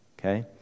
okay